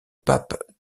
pape